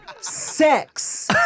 Sex